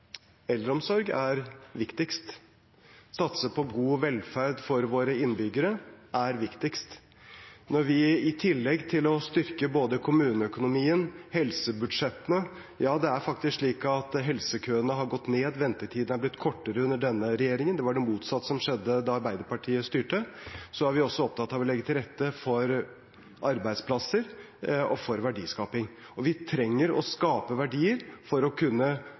Eldreomsorg er viktigst. Det å satse på god velferd for våre innbyggere er viktigst. I tillegg har vi styrket både kommuneøkonomien og helsebudsjettene – ja, det er faktisk slik at helsekøene har gått ned, og ventetidene er blitt kortere under denne regjeringen. Det var det motsatte som skjedde da Arbeiderpartiet styrte. Så er vi også opptatt av å legge til rette for arbeidsplasser og for verdiskaping. Vi trenger å skape verdier for å kunne